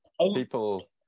People